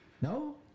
No